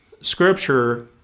Scripture